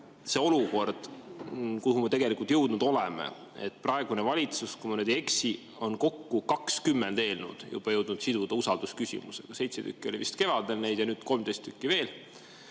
see olukord, kuhu me jõudnud oleme: praegune valitsus, kui ma nüüd ei eksi, on kokku 20 eelnõu juba jõudnud siduda usaldusküsimusega – 7 tükki oli vist kevadel neid ja nüüd 13 tükki veel.